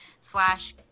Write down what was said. slash